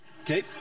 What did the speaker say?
okay